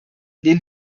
lehnen